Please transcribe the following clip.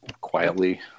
quietly